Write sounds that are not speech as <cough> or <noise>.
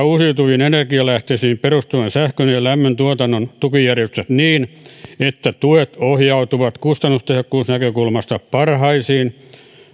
<unintelligible> uusiutuviin energialähteisiin perustuvan sähkön ja lämmön tuotannon tukijärjestelmät niin että tuet ohjautuvat kustannustehokkuusnäkökulmasta parhaisiin